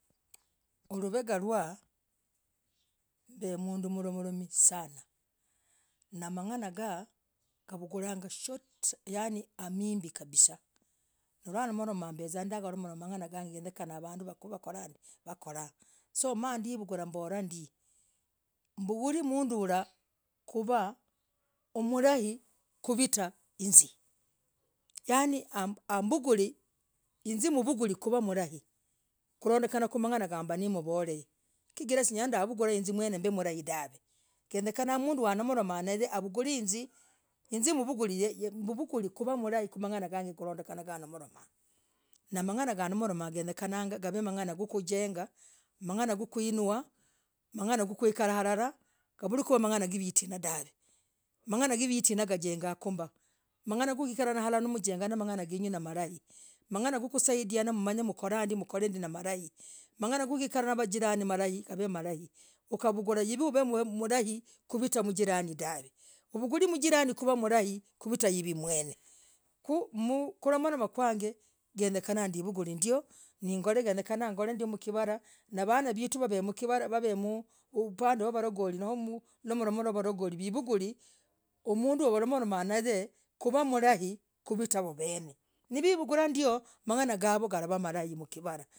Uluvegah lwahh mb mnduu mromoromii!! Sana na mang'ana gaa gavurah short yani amihiimbii kabisa hiwamoromah mbezah ndakamoromah mang'ana gag genyekana vanduu wakorah soo mandiibugulah na mborah ndiibugulah mduu uraah kuvah ummlai kuvitaa hinzii yani ambule hinz mbuguleh vulai kurondekanah namang'ana genagoo mmbor chigirah silah uivugulah hinz mwene kuvaaa mlai dahv genyekana mnduu no wamolomanoy avugur hinzii hinz mvugur kuvaa mlai kwa mang'ana gag kwara moromah namang'ana gamoromah genyekana gaa gav mang'ana gaa kujengaaku mbah mang'ana gukwinua mang'ana kwa kwikara hilalah gavurekuwah mang'ana gaa vitinaah nimalai dahv mang'ana kwa kwikara hilalah kav kuayavitinah mang'ana gaa vitinaah hijengekumbah mang'ana yakwikarah halah makujengah nimalai mang'ana kwakwikarah namajirani najengah nimalai ukavungulah hiv kuvaa mlai kuvitaa mjerani dahv ugurii mjirani kuvaa mrai kuvitaa hiv mwene ku mm kumoromah gwag yenyekena givugur hiv ndio nigole genyekana goreendio mkivarah navanah vitu wav mkivarah wavamm mm upand wavaragali v noo mm vivugur mnduu mwalomanah nay kuvaa mlai kuvitaa havoo ven nivivugulah ndio mang'ana gaavoo yalava malai mkivarah.